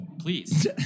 Please